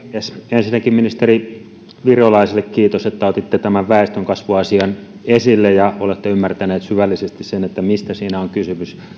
ensinnäkin ministeri virolaiselle kiitos että otitte väestönkasvuasian esille ja olette ymmärtänyt syvällisesti sen mistä siinä on kysymys